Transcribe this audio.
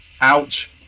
Ouch